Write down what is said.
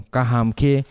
Kahamke